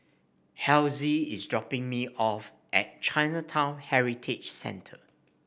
Hezzie is dropping me off at Chinatown Heritage Centre